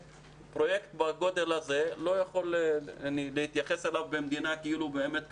שפרויקט בגודל הזה לא יכולים להתייחס אליו במדינה כאילו הוא באמת קבצן.